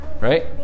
Right